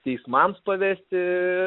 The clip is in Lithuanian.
teismams pavesti